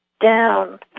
down